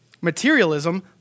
Materialism